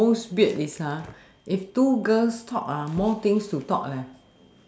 most weird is if two girls talk more things to talk leh